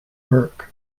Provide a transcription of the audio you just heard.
bourke